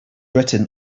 written